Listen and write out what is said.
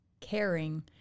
caring